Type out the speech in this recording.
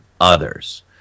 others